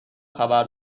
خبر